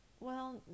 Well